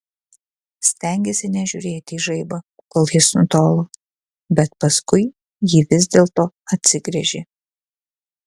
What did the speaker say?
stengėsi nežiūrėti į žaibą kol jis nutolo bet paskui jį vis dėlto atsigręžė